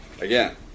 Again